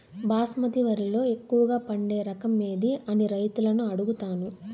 బాస్మతి వరిలో ఎక్కువగా పండే రకం ఏది అని రైతులను అడుగుతాను?